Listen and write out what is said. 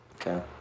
Okay